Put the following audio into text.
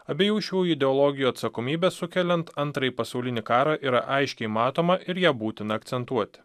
abiejų šių ideologijų atsakomybė sukeliant antrąjį pasaulinį karą yra aiškiai matoma ir ją būtina akcentuoti